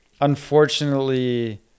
unfortunately